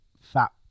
fat